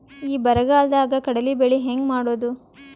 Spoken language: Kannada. ಈ ಬರಗಾಲದಾಗ ಕಡಲಿ ಬೆಳಿ ಹೆಂಗ ಮಾಡೊದು?